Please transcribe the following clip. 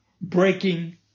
breaking